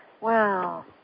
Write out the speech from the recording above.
Wow